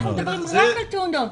אנחנו מדברים רק על תאונות.